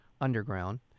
Underground